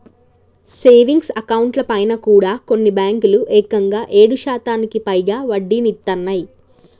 savings అకౌంట్లపైన కూడా కొన్ని బ్యేంకులు ఏకంగా ఏడు శాతానికి పైగా వడ్డీనిత్తన్నయ్